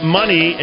money